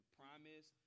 promise